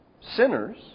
sinners